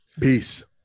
Peace